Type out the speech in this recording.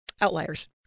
Outliers